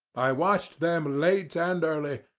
i watched them late and early,